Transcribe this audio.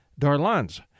Darlans